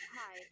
Hi